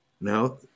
now